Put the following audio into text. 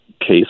case